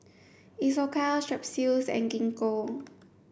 Isocal Strepsils and Gingko